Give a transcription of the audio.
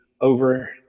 over